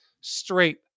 straight